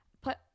put